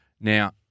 Now